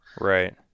right